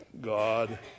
God